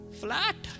flat